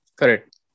correct